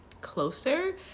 closer